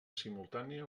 simultània